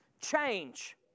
change